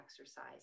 exercise